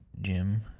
Jim